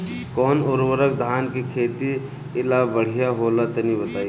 कौन उर्वरक धान के खेती ला बढ़िया होला तनी बताई?